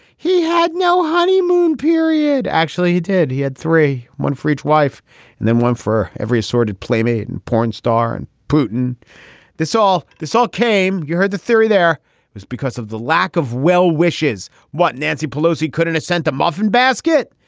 he had no honeymoon period. actually he did. he had three one for each wife and then one for every sordid playmate and porn star and putin this all. this all came you heard the theory there was because of the lack of well wishes. what nancy pelosi couldn't have sent a muffin basket.